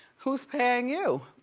who's paying you?